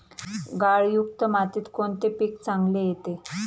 गाळयुक्त मातीत कोणते पीक चांगले येते?